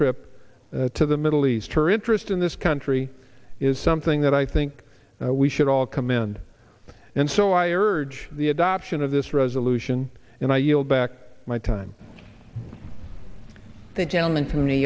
trip to the middle east her interest in this country is something that i think we should all commend and so i urge the adoption of this resolution and i yield back my time the gentleman from new